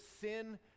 sin